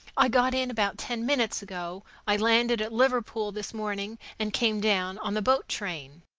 i got in about ten minutes ago. i landed at liverpool this morning and came down on the boat train.